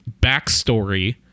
backstory